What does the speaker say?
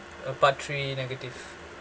uh part three negative